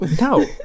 no